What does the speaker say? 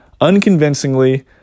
Unconvincingly